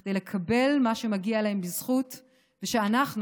כדי לקבל מה שמגיע להם בזכות ושאנחנו